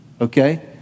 Okay